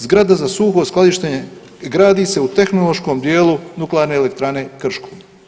Zgrada za suho skladištenje gradi se u tehnološkom dijelu Nuklearne elektrane Krško.